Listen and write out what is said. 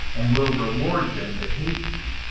and will reward them that hate me.